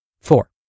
Four